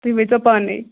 تُہۍ ؤنۍتو پانَے